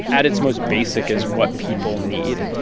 at its most basic, is what people need.